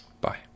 Bye